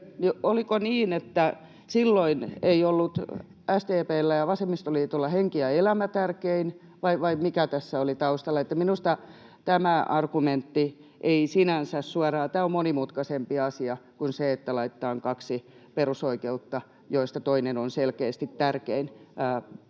Oliko niin, että silloin eivät olleet SDP:llä ja vasemmistoliitolla henki ja elämä tärkeimpiä, vai mikä tässä oli taustalla? Minusta tämä argumentti ei sinänsä suoraan... Tämä on monimutkaisempi asia kuin se, että laitetaan kaksi perusoikeutta, joista toinen on selkeästi tärkein,